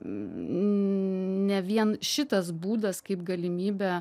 ne vien šitas būdas kaip galimybė